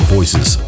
Voices